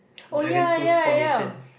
dragon tooth formation